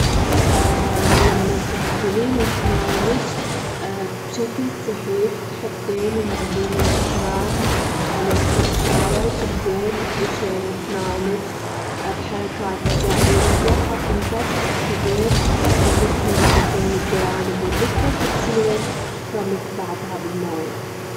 لمان تغسلين أسنانتش بشكل صحيح، تحطين المعجون الأسنان على الفرشاية وتبدين تفرشين أسنانتش بحركات دائرية خفيفة، تتأكدين إنك تنظفين الجوانب واللثة، وتغسلين فمك بعدها بالموية.